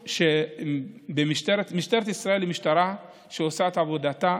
משטרת ישראל היא משטרה שעושה את עבודתה,